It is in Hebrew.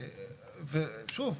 ושוב,